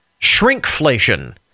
shrinkflation